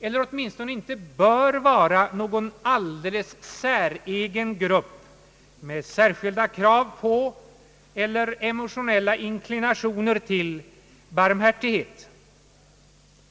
eller åtminstone inte bör vara någon alldeles säregen grupp med särskilda krav på eller emotionella inklinationer till barmhärtighet.